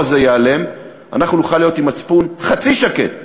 הזה ייעלם אנחנו נוכל להיות עם מצפון חצי שקט,